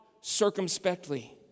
circumspectly